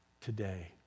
today